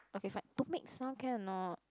okay fine don't make sound can or not